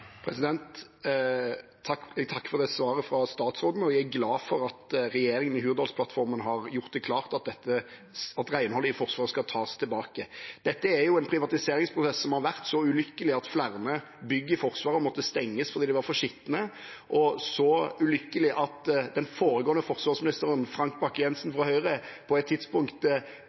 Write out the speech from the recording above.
Jeg takker for svaret fra statsråden, og jeg er glad for at regjeringen i Hurdalsplattformen har gjort det klart at renholdet i Forsvaret skal tas tilbake. Dette er en privatiseringsprosess som har vært så ulykkelig at flere bygg i Forsvaret måtte stenges fordi de var for skitne, og så ulykkelig at den foregående forsvarsministeren, Frank Bakke-Jensen fra Høyre, på et tidspunkt